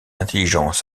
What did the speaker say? intelligence